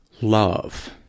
love